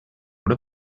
what